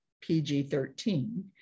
pg-13